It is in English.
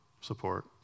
support